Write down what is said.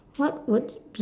what would be